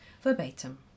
Verbatim